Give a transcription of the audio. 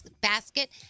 Basket